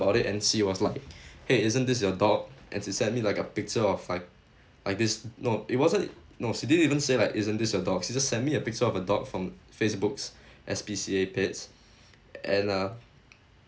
about it and she was like !hey! isn't this your dog and she sent me like a picture of like like this no it wasn't no she didn't even say like isn't this your dog she just sent me a picture of a dog from facebook's S_P_C_A page and uh